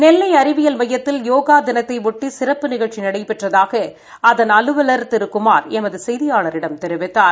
நெல்லை அறிவியல் மையத்தில் யோகா தினத்தையொட்டி சிறப்பு நிகழ்ச்சி நடைபெற்றதாக அதன் அலுவலகா் திரு குமார் எமது செய்தியாளரிடம் தெரிவித்தார்